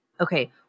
okay